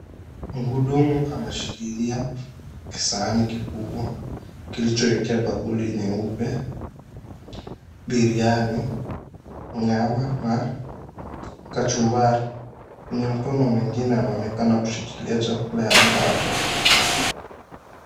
Mhudumu ameshikilia kisahani kikubwa kilichoekewa bakuli nyeupe, biriani, nyama na kachumbari. Kwenye mkono mwingine anaonekana kushikilia chakula ya burger .